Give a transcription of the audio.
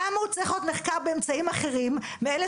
למה הוא צריך להיות נחקר באמצעים אחרים מאלה